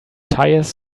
tires